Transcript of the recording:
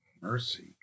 Mercy